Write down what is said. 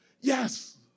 yes